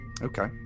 Okay